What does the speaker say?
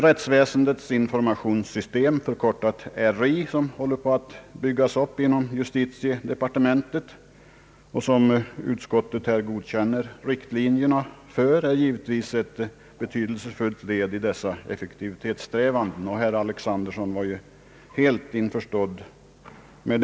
Rättsväsendets informationssystem, förkortat RI, som håller på att byggas upp inom justitiedepartementet och vars riktlinjer utskottet godkänner utgör givetvis ett betydelsefullt led i dessa effektivitetssträvanden. Herr Alexanderson var ju också helt införstådd härmed.